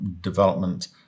development